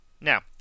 Now